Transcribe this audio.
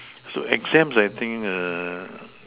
so exams I think err